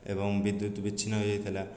ଏବଂ ବିଦ୍ୟୁତ ବିଚ୍ଛିନ୍ନ ହେଇଯାଇଥିଲା